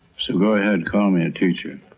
so go ahead, call me a teacher.